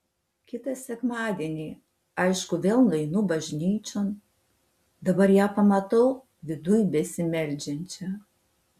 kitą sekmadienį aišku vėl nueinu bažnyčion dabar ją pamatau viduj besimeldžiančią